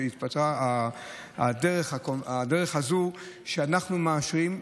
אז התפתחה הדרך הזו שאנחנו מאשרים.